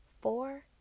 four